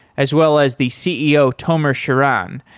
as well as the ceo tomer shiran.